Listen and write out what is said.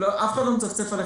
אף אחד לא מצפצף עליכם.